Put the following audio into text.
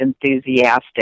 enthusiastic